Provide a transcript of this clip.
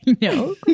No